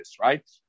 right